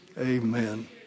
Amen